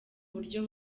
buryo